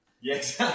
Yes